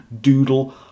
doodle